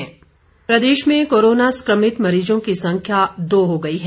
corona positive प्रदेश में corona संक्रमित मरीजों की संख्या दो हो गई है